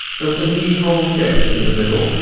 there was a knee-hole desk in the middle,